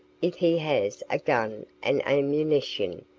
if he has a gun and ammunition,